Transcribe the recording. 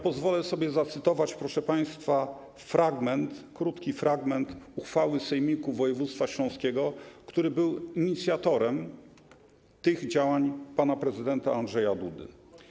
Pozwolę sobie zacytować, proszę państwa, krótki fragment uchwały Sejmiku Województwa Śląskiego, który był inicjatorem tych działań pana prezydenta Andrzeja Dudy: